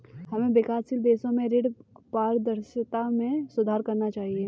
हमें विकासशील देशों की ऋण पारदर्शिता में सुधार करना चाहिए